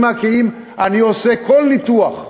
כי אם אני עושה כל ניתוח,